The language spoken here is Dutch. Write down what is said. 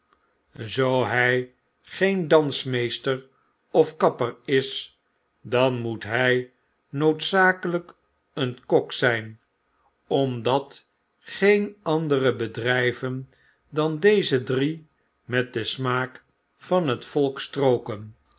zoo hy geen dansmeester of kapper is dan moet hij noodzakelp een kok zp omdat geen andere bedryven dan deze drie met den smaak van het volk strooken